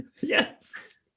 yes